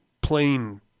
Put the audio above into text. plain